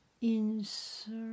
insert